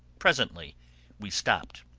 presently we stopped.